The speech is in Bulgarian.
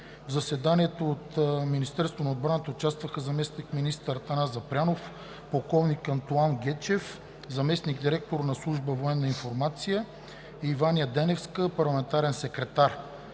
В заседанието от Министерството на отбраната участваха: заместник-министър Атанас Запрянов, полковник Антоан Гечев – заместник-директор на Служба „Военна информация“, и Ваня Деневска – парламентарен секретар.